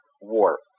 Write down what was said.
war